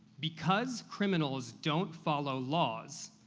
because criminals don't follow laws,